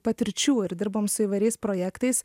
patirčių ir dirbam su įvairiais projektais